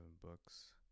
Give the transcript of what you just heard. books